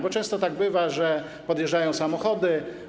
Bo często tak bywa, że podjeżdżają samochody.